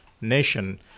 nation